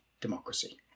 democracy